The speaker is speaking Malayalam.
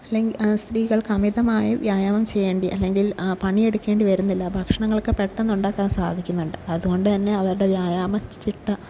അല്ലെങ്കിൽ സ്ത്രീകൾക്ക് അമിതമായി വ്യായാമം ചെയ്യേണ്ടി അല്ലെങ്കിൽ പണിയെടുക്കേണ്ടി വരുന്നില്ല ഭക്ഷണങ്ങളൊക്കെ പെട്ടെന്ന് ഉണ്ടാക്കാൻ സാധിക്കുന്നുണ്ട് അതുകൊണ്ടുതന്നെ അവരുടെ വ്യായാമ ചിട്ട